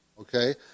Okay